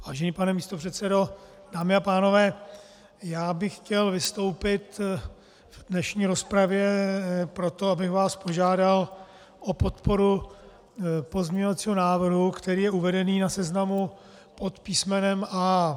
Vážený pane místopředsedo, dámy a pánové, já bych chtěl vystoupit v dnešní rozpravě proto, abych vás požádal o podporu pozměňovacího návrhu, který je uvedený na seznamu pod písmenem A.